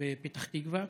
בפתח תקווה,